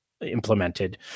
implemented